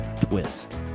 Twist